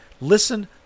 listen